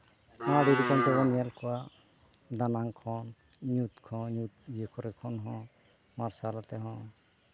ᱟᱹᱰᱤ ᱨᱚᱠᱚᱢ ᱛᱮᱵᱚᱱ ᱧᱮᱞ ᱠᱚᱣᱟ ᱫᱟᱱᱟᱜ ᱠᱷᱚᱱ ᱧᱩᱛ ᱠᱷᱚᱱ ᱧᱩᱛ ᱤᱭᱟᱹ ᱠᱚᱨᱮ ᱠᱷᱚᱱ ᱦᱚᱸ ᱢᱟᱨᱥᱟᱞ ᱟᱛᱮ ᱦᱚᱸ